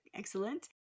Excellent